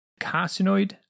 carcinoid